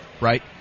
right